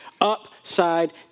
upside